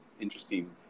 interesting